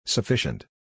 Sufficient